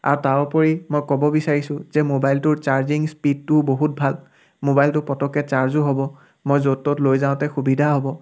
তাৰ উপৰি মই ক'ব বিচাৰিছোঁ যে মোবাইলটোৰ চাৰ্জিং স্পিডটোও বহুত ভাল মোবাইলটো পতককৈ চাৰ্জো হ'ব মই য'ত ত'ত লৈ যাওঁতে সুবিধা হ'ব